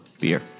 beer